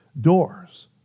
doors